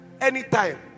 Anytime